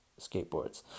skateboards